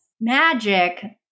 magic